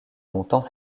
longtemps